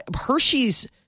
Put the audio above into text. Hershey's